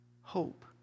hope